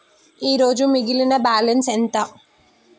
ఈరోజు మిగిలిన బ్యాలెన్స్ ఎంత?